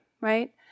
right